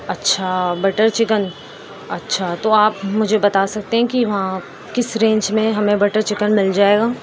اچھا butter chicken اچھا تو آپ مجھے بتا سکتے ہیں کہ وہاں کس رینج میں ہمیں بٹر چکن مل جائے گا